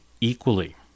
equally